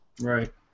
Right